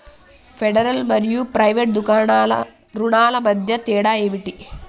Federal మరియు private రుణాల మధ్య తేడా ఏమిటి?